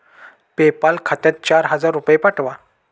PayPal खात्यात चार हजार रुपये पाठवा